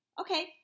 Okay